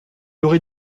aurait